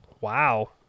wow